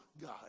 God